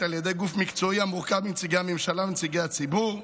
על ידי גוף מקצועי המורכב מנציגי הממשלה ומנציגי הציבור.